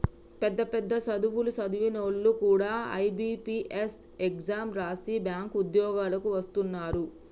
పెద్ద పెద్ద సదువులు సదివినోల్లు కూడా ఐ.బి.పీ.ఎస్ ఎగ్జాం రాసి బ్యేంకు ఉద్యోగాలకు వస్తున్నరు